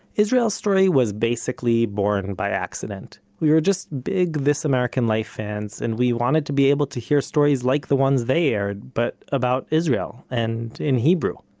israel story was basically born by accident. we were just big this american life fans, and we wanted to be able to hear stories like the ones they aired, but about israel, and in hebrew.